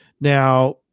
Now